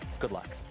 good luck.